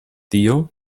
tio